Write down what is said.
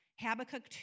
Habakkuk